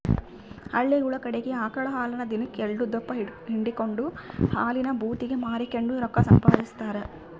ಹಳ್ಳಿಗುಳ ಕಡಿಗೆ ಆಕಳ ಹಾಲನ್ನ ದಿನಕ್ ಎಲ್ಡುದಪ್ಪ ಹಿಂಡಿಕೆಂಡು ಹಾಲಿನ ಭೂತಿಗೆ ಮಾರಿಕೆಂಡು ರೊಕ್ಕ ಸಂಪಾದಿಸ್ತಾರ